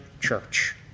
church